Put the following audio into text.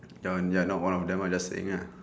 john you're not one of them I just saying ah